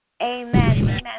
amen